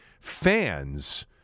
fans